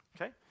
Okay